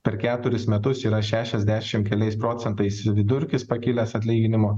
per keturis metus yra šešiasdešimt keliais procentais vidurkis pakilęs atlyginimo